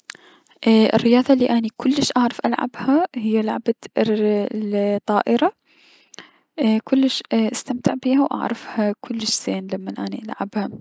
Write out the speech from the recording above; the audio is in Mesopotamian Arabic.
الرياضة الي اني كلش اعرف العبها هي لعبة ال ر- الطائرة كلش استمتع بيها و اعرفها كلش زين لمن اني العبها.